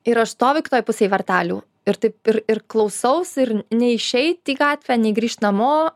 ir aš stoviu kitoj pusėj vartelių ir taip ir ir klausausi ir nei išeit į gatvę nei grįžt namo